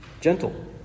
gentle